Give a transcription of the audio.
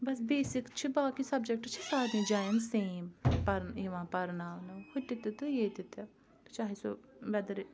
بَس basic چھِ باقٕے subject چھِ سارنی جایَن سیم پر یِوان پرناوانہٕ ہُہ تہِ تہِ تہٕ ییٚتہِ تہِ چاہے سُہ ویٚدَر